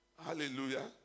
Hallelujah